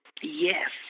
yes